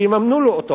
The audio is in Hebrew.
שיממנו לו אותו.